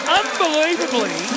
unbelievably